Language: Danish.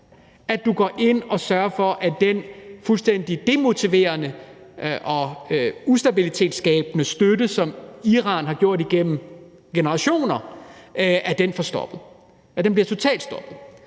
at du går ind og sørger for, at den fuldstændig demotiverende og ustabilitetsskabende støtte, som Iran har stået bag igennem generationer, bliver stoppet, altså at den bliver totalt stoppet.